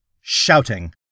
shouting